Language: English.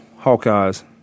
Hawkeyes